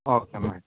okay madam